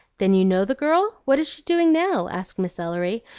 then you know the girl? what is she doing now? asked miss ellery,